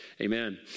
Amen